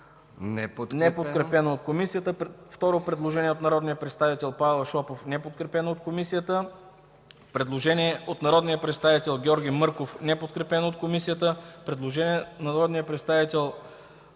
неподкрепено от комисията. Има второ предложение от народния представител Павел Шопов –неподкрепено от комисията. Предложение от народния представител Георги Мърков – неподкрепено от комисията. Предложение от народния представител Емил